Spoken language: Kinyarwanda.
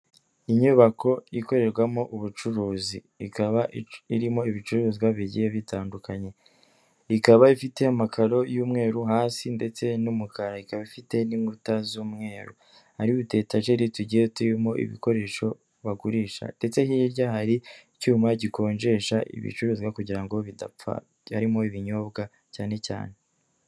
Inyubako ikorerwamo ubucuruzi ikaba irimo ibicuruzwa bigiye bitandukanye, ikaba ifite amakaro y'umweru hasi ndetse n'umukara, ikaba ifite n'inkuta z'umweru. Hari utu etajeri tugiye turimo ibikoresho bagurisha ndetse hirya hari icyuma gikonjesha ibicuruzwa kugira bidapfa, harimo ibinyobwa cyane cyane.